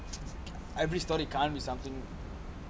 every story comes with something